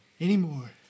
Anymore